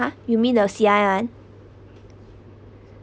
ha you mean the C_I [one]